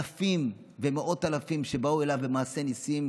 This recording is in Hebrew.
אלפים ומאות אלפים באו אליו למעשי ניסים,